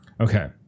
Okay